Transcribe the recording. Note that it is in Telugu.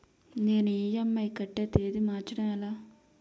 నేను ఇ.ఎం.ఐ కట్టే తేదీ మార్చడం ఎలా?